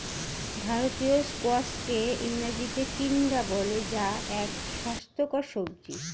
ভারতীয় স্কোয়াশকে ইংরেজিতে টিন্ডা বলে যা এক স্বাস্থ্যকর সবজি